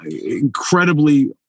incredibly